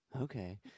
Okay